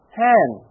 hand